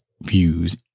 views